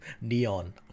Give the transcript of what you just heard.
neon